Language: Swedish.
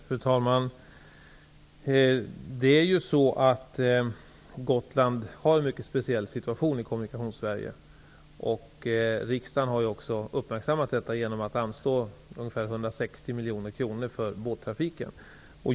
Fru talman! Gotland har en mycket speciell situation i Kommunikationssverige. Riksdagen har också uppmärksammat detta genom att anslå ungefär 160 miljoner kronor för båttrafiken.